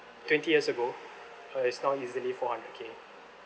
twenty years ago uh it's now easily four hundred K